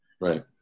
Right